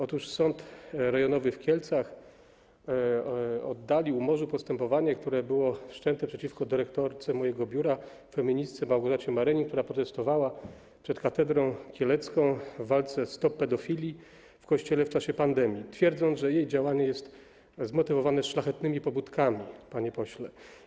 Otóż Sąd Rejonowy w Kielcach oddalił, umorzył postępowanie, które było wszczęte przeciwko dyrektorce mojego biura, feministce, Małgorzacie Marenin, która protestowała przed katedrą kielecką w walce pod hasłem: stop pedofilii w Kościele w czasie pandemii, twierdząc, że jej działanie jest zmotywowane szlachetnymi pobudkami, panie pośle.